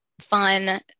fun